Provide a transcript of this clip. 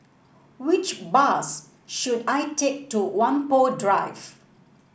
which bus should I take to Whampoa Drive